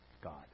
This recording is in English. God